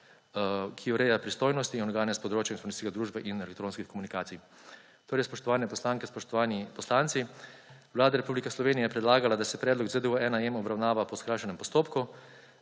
ki ureja pristojnost in organe s področja informacijske družbe in elektronskih komunikacij. Torej, spoštovane poslanke, spoštovani poslanci! Vlada Republike Slovenije je predlaga, da se predlog ZDU1M obravnava po skrajšanem postopku,